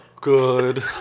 Good